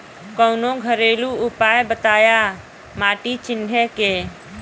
कवनो घरेलू उपाय बताया माटी चिन्हे के?